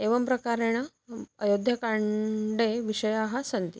एवं प्रकारेण अयोध्यकाण्डे विषयाः सन्ति